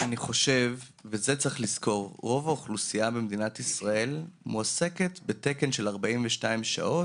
צריך לזכור שרוב האוכלוסייה במדינת ישראל מועסקת בתקן של 42 שעות,